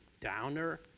downer